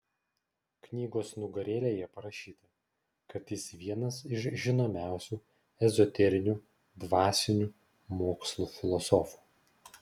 knygos nugarėlėje parašyta kad jis vienas iš žinomiausių ezoterinių dvasinių mokslų filosofų